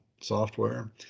software